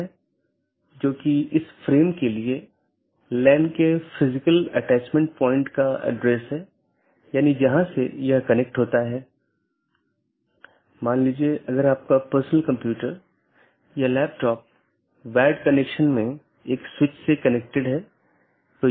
इसका मतलब है कि सभी BGP सक्षम डिवाइस जिन्हें BGP राउटर या BGP डिवाइस भी कहा जाता है एक मानक का पालन करते हैं जो पैकेट को रूट करने की अनुमति देता है